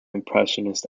impressionist